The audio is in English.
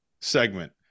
segment